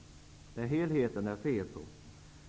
Det är helheten som det är fel på.